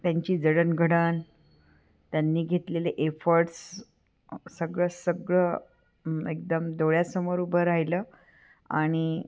त्यांची जडणघडण त्यांनी घेतलेले एफर्ट्स सगळं सगळं एकदम डोळ्यासमोर उभं राहिलं आणि